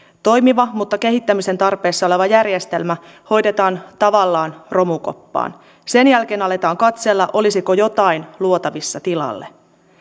toimiva mutta kehittämisen tarpeessa oleva järjestelmä hoidetaan tavallaan romukoppaan sen jälkeen aletaan katsella olisiko jotain luotavissa tilalle